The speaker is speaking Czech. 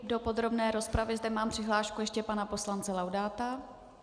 Do podrobné rozpravy zde mám přihlášku ještě pana poslance Laudáta.